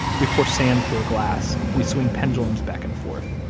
we pour sand through a glass. we swing pendulums back and forth.